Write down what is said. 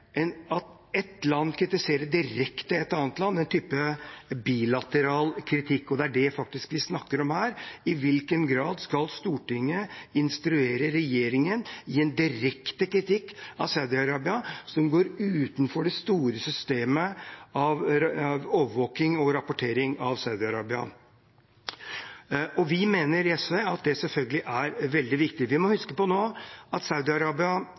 at et land direkte kritiserer et annet land, en type bilateral kritikk. Det er faktisk det vi snakker om her: I hvilken grad skal Stortinget instruere regjeringen i en direkte kritikk av Saudi-Arabia – utenfor det store systemet av overvåking og rapportering av Saudi-Arabia? Vi i SV mener at det selvfølgelig er veldig viktig. Vi må huske på at Saudi-Arabia nå er i endring. Saudi-Arabia har innsett at